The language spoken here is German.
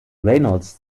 reynolds